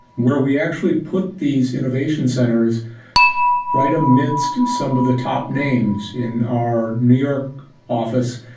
where we actually put these innovation centers right amidst some of the top names. in our new york office,